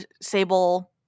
sable